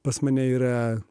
pas mane yra